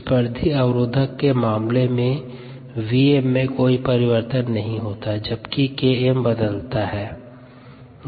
प्रतिस्पर्धी अवरोधक के मामले में Vm में कोई परिवर्तन नहीं होता है जबकि Km बदलता है